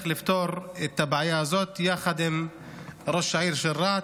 לפתור את הבעיה הזאת יחד עם ראש העיר של רהט.